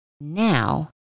Now